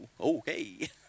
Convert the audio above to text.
okay